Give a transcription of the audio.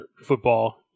football